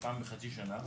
פעם בחצי שנה.